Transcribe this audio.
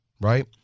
right